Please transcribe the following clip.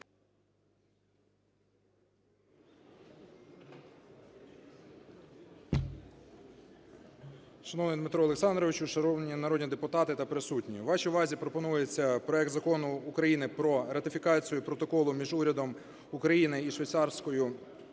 Шановний Дмитре Олександровичу, шановні народні депутати та присутні! Вашій увазі пропонується проект Закону про ратифікацію Протоколу між Урядом України і Швейцарською